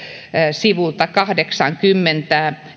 sivulta kahdeksankymmentäyksi